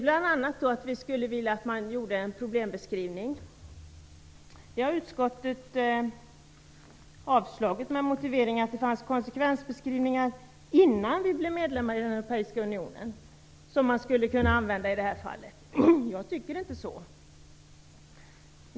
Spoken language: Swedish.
Bl.a. skulle vi vilja att man gjorde en problembeskrivning. Det har utskottet avstyrkt med motivering att det fanns konsekvensbeskrivningar innan vi blev medlem i den europeiska unionen som man skulle kunna använda i det här fallet. Jag tycker inte så.